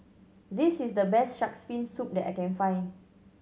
this is the best Shark's Fin Soup that I can find